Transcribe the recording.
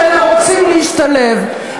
שאלה רוצים להשתלב,